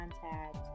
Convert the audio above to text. contact